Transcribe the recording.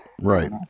right